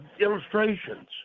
illustrations